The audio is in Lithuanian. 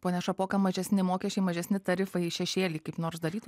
pone šapoka mažesni mokesčiai mažesni tarifai šešėlį kaip nors darytų